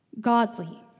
godly